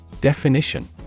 Definition